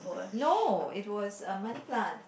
no it was a money plant